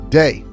day